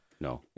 No